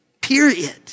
Period